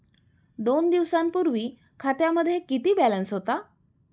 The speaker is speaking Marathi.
दोन दिवसांपूर्वी खात्यामध्ये किती बॅलन्स होता?